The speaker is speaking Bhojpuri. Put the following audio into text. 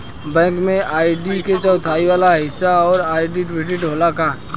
बैंक में आई.डी के चौथाई वाला हिस्सा में आइडेंटिफैएर होला का?